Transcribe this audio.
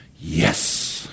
Yes